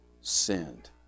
sinned